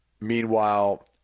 Meanwhile